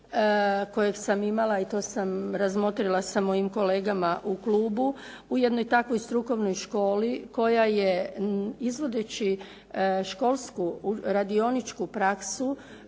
kojeg sam imala i to sam razmotrila sa mojim kolegama u klubu, u jednoj takvoj strukovnoj školi koja je izvodeći školsku radioničku praksu